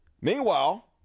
Meanwhile